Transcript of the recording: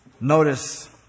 Notice